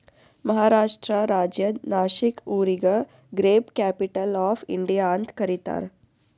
ಮಹಾರಾಷ್ಟ್ರ ರಾಜ್ಯದ್ ನಾಶಿಕ್ ಊರಿಗ grape capital of India ಅಂತ್ ಕರಿತಾರ್